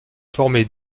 former